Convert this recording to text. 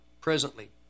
presently